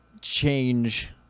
change